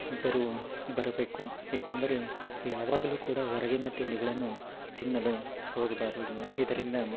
ಬರುವ ಬರಬೇಕು ಏಕೆಂದರೆ ಯಾವಾಗಲೂ ಕೂಡ ಹೊರಗಿನ ತಿಂಡಿಗಳನ್ನು ತಿನ್ನಲು ಹೋಗಬಾರದು ಇದರಿಂದ